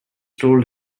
told